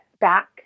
back